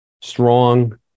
strong